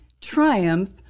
triumph